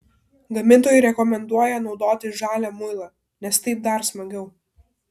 gamintojai rekomenduoja naudoti žalią muilą nes taip dar smagiau